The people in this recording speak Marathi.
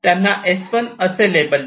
त्यांना S1 असे लेबल द्या